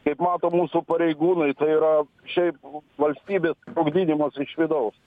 kaip mato mūsų pareigūnai tai yra šiaip valstybės sprogdinimas iš vidaus